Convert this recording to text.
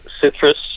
citrus